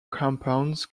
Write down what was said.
compounds